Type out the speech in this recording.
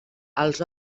els